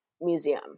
museum